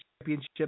Championship